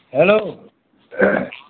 hello